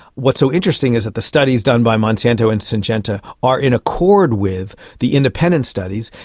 what's so interesting is that the studies done by monsanto and syngenta are in accord with the independent studies,